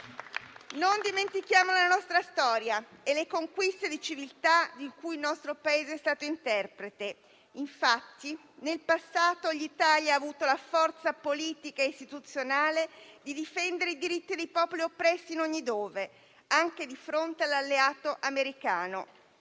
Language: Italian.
Non dimentichiamo la nostra storia e le conquiste di civiltà di cui il nostro Paese è stato interprete. Infatti, nel passato l'Italia ha avuto la forza politica e istituzionale di difendere i diritti dei popoli oppressi in ogni dove, anche di fronte all'alleato americano.